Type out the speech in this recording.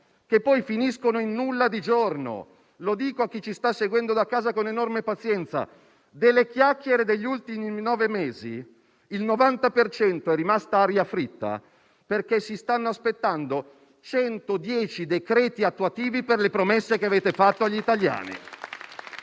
che poi finiscono nel nulla di giorno. Lo dico a chi ci sta seguendo da casa, con enorme pazienza: delle chiacchiere degli ultimi nove mesi, il 90 per cento è rimasto aria fritta, perché si stanno aspettando 110 decreti attuativi per le promesse che avete fatto agli italiani.